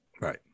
Right